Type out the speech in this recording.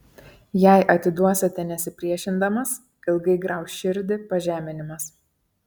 jei atiduosite nesipriešindamas ilgai grauš širdį pažeminimas